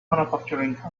manufacturing